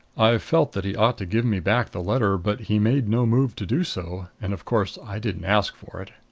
i felt that he ought to give me back the letter but he made no move to do so. and, of course, i didn't ask for it.